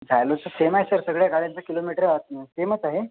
झायलोचं same आहे sir सगळ्या गाड्यांचं किलोमीटर आता ना सेमच आहे